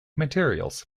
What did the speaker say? materials